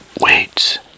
wait